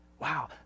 Wow